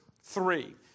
three